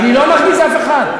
אני לא מרגיז אף אחד.